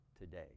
today